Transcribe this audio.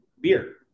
beer